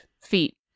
feet